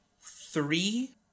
three